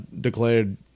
declared